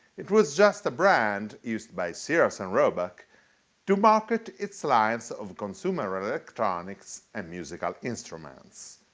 it was just a brand used by sears and roebuck to market its lines of consumer electronics and musical instruments.